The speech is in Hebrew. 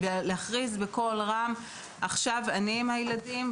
להכריז בקול רם: עכשיו אני עם הילדים,